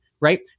right